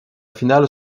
finale